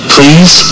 Please